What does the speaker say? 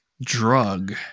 drug